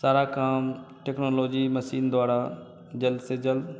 सारा काम technology machine द्वारा जल्द से जल्द